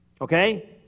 Okay